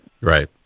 Right